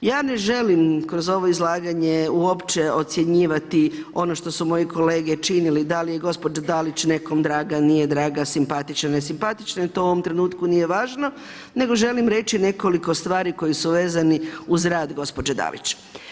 Ja ne želim kroz ovo izlaganje uopće ocjenjivati ono što su moji kolege činili da li je gospođa Dalić nekom draga , nije draga, simpatična, ne simpatična, to u ovom trenutku nije važno, nego želim reći nekoliko stvari koje su vezane uz rad gospođe Dalić.